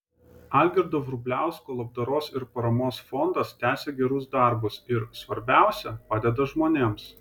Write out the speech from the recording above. algirdo vrubliausko labdaros ir paramos fondas tęsia gerus darbus ir svarbiausia padeda žmonėms